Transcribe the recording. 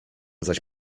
zaś